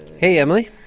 hey, emily.